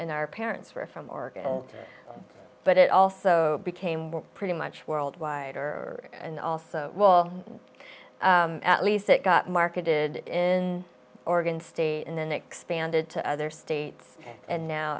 and our parents were from but it also became pretty much worldwide or and also well at least it got marketed in oregon state and then expanded to other states and now